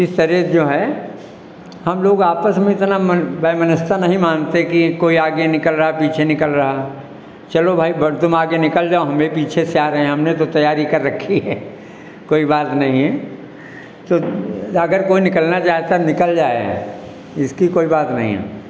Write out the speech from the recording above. इस तरह जो है हम लोग आपस में इतना मन वैमनस्य नहीं मानते कि कोई आगे निकल रहा पीछे निकल रहा चलो भाई बढ़ तुम आगे निकल जाओ हम भी पीछे से आ रहे हैं हमने तो तैयारी कर रखी है कोई बात नहीं है तो अगर कोई निकलना चाहता निकल जाए इसकी कोई बात नहीं है